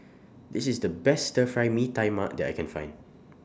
This IS The Best Stir Fry Mee Tai Mak that I Can Find